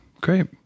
Great